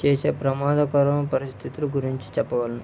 చేసే ప్రమాదకరం పరిస్థితులు గురించి చెప్పగలను